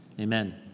Amen